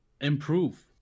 improve